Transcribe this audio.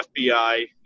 FBI